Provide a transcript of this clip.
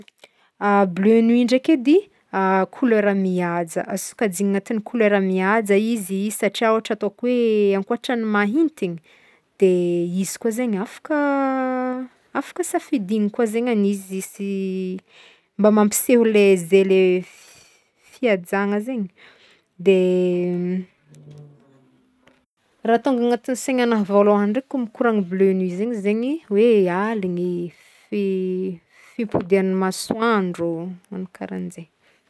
Bleu nuit ndreky edy couleur mihaja azo sokajigny agnatin'ny couleur mihaja izy satria ôhatra ataoko hoe ankôtran'ny mahitiny de izy koa zegny afaka afaka safidigny koa zaignagny izy hisy mba mampiseho zay le fi- fihajana zegny de raha tônga agnatin'ny saigny agnahy vôlohagny ndeky kô mikoragna bleu nuit zegny zegny hoe aligny fi- fi- fipodiagn'ny masoandro magnagno karahanjegny.